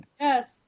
Yes